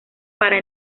para